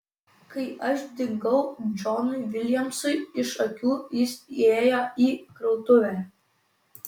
kai aš dingau džonui viljamsui iš akių jis įėjo į krautuvę